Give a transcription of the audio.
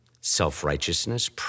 self-righteousness